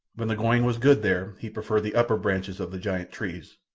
when the going was good there he preferred the upper branches of the giant trees,